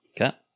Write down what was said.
Okay